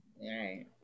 Right